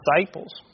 disciples